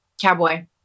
Cowboy